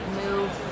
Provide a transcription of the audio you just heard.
move